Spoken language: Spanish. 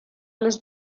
los